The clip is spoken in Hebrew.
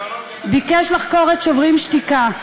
ביקש לחקור את "שוברים שתיקה".